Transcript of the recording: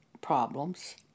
problems